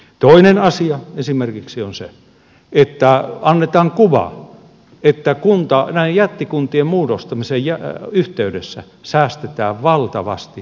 toinen asia esimerkiksi on se että annetaan kuva että näiden jättikuntien muodostamisen yhteydessä säästetään valtavasti hallintomenoista